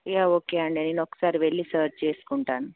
ఇక ఓకే అండి నేను ఒకసారి వెళ్ళి సర్చ్ చేసుకుంటాను